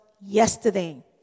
yesterday